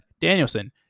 danielson